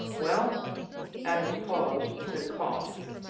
well adams paused, then coughed,